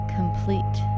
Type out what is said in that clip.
complete